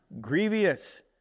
grievous